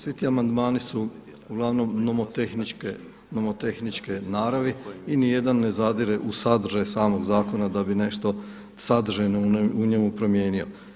Svi ti amandmani su uglavnom nomotehničke naravi i niti jedan ne zadire u sadržaj samog zakona da bi nešto sadržajno u njemu promijenio.